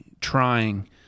trying